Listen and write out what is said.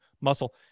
muscle